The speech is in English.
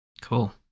Cool